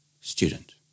Student